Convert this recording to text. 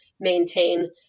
maintain